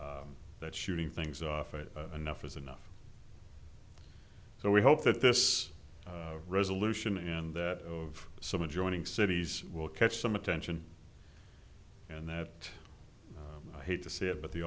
that shooting things off it enough is enough so we hope that this resolution and that of some adjoining cities will catch some attention and that i hate to say it but the